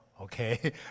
Okay